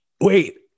wait